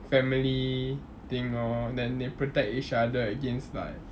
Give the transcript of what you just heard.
family thing orh then they protect each other against like